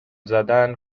زدن